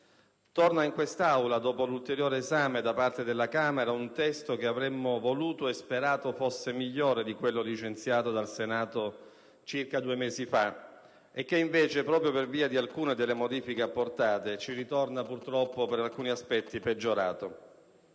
Torna in quest'Aula, dopo l'ulteriore esame da parte della Camera, un testo che avremmo voluto e sperato fosse migliore di quello licenziato dal Senato circa due mesi fa e che invece, proprio per via di alcune delle modifiche apportate, ci ritorna purtroppo, per alcuni aspetti, peggiorato.